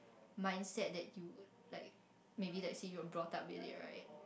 mindset that you like maybe let's say you are brought up with it right